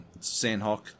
Sandhawk